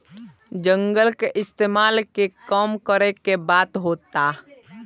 जंगल के इस्तेमाल के कम करे के बात होता